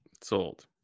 Sold